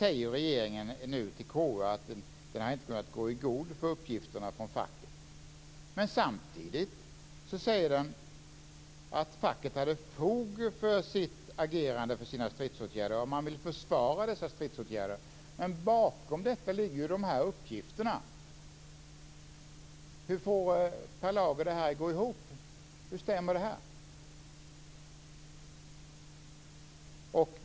Regeringen säger nu till KU att den inte har kunnat gå i god för uppgifterna från facket. Samtidigt säger man att facket hade fog för sitt agerande - för sina stridsåtgärder - och vill försvara dessa stridsåtgärder. Men bakom detta ligger dessa uppgifter. Hur får Per Lager detta att gå ihop? Hur kan det stämma?